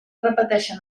repeteixen